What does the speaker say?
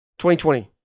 2020